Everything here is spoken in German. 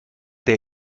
der